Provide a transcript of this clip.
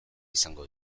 izango